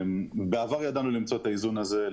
בעבר ידענו למצוא את האיזון הזה.